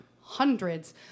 hundreds